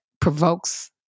provokes